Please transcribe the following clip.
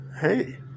hey